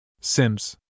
Sims